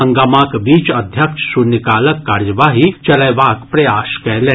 हंगामाक बीच अध्यक्ष शून्यकालक कार्यवाही चलयबाक प्रयास कयलनि